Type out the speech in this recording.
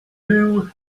who